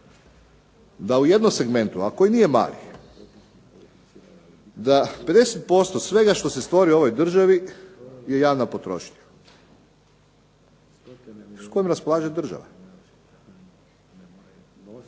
da u jednom segmentu a koji nije mali, da 50% svega što se stvori u ovoj državi je javna potrošnja s kojom raspolaže država.